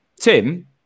Tim